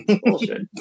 Bullshit